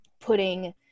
putting